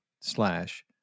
slash